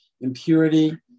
impurity